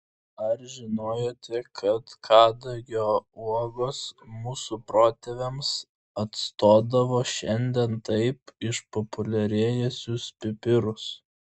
ar žinojote kad kadagio uogos mūsų protėviams atstodavo šiandien taip išpopuliarėjusius pipirus